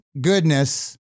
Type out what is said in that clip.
goodness